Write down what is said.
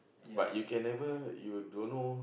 but you can never you don't know